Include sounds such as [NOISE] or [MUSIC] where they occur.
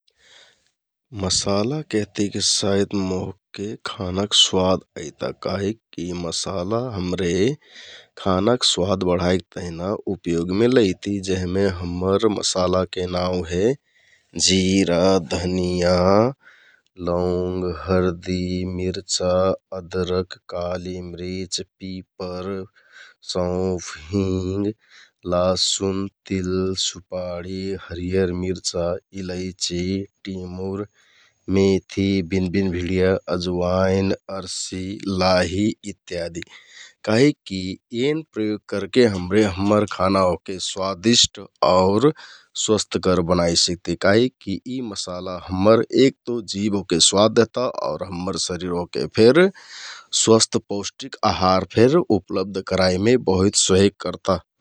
मसाला केहतिकि साइत मोहके खानाक स्वाद अइता काहिककि यि मसाला हमरे खानाक स्वाद बढाइ तेहना उपयोगमे लैति । जेहमे हम्मर मसालाके नाउँ हे जिरा, धनियाँ, लौङ्ग, हरदि, मिरचा, अदरक, कालि मिरिच, पिपर, सौंफ, हिंग, लासुन, तिल, सुपाडी, हरियर मिरचा, इलैंची, टिमुर, मेथि, बिनबिनभिंडिया, अजवाइन, अर्सि, लाहि इत्यादि । काहिककि एन प्रयोग करके हमरे हम्मर [NOISE] खाना ओहके स्वादिष्ट आउर स्वस्थकर बनाइ सिकति । काहिककि यि मसाला हम्मर एक तो जिभ ओहके स्वाद देहता आउर हम्मर शरिर ओहके फेर स्वस्थ पौष्टिक अहार फेर उपलब्ध कराइमे बहहुइत सहयोग करता ।